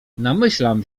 namyślam